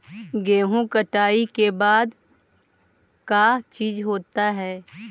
गेहूं कटाई के बाद का चीज होता है?